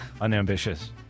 Unambitious